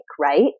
right